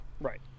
Right